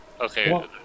Okay